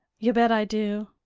you bet i do!